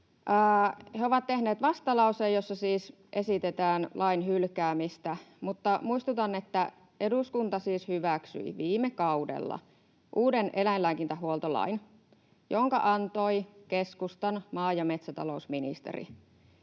He ovat tehneet vastalauseen, jossa siis esitetään lain hylkäämistä, mutta muistutan, että eduskunta siis hyväksyi viime kaudella uuden eläinlääkintähuoltolain, jonka antoi keskustan maa‑ ja metsätalousministeri.